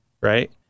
Right